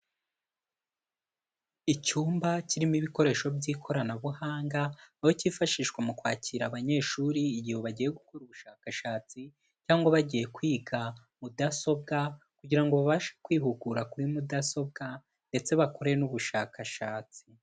Icyumba kirimo ibikoresho by'ikoranabuhanga, aho cyifashishwa mu kwakira abanyeshuri igihe bagiye gukora ubushakashatsi cyangwa bagiye kwiga mudasobwa kugira ngo babashe kwihugura kuri mudasobwa ndetse bakore n'ubushakashatsi.